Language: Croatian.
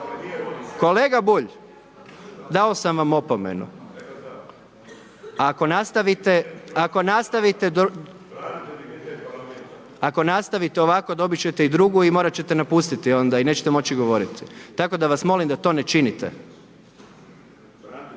kolega Bulj, dao sam vam opomenu. Ako nastavite, ako nastavite ovako dobit ćete i drugu i morat ćete napustiti onda i nećete moći govoriti. Tako da vas molim da to ne činite.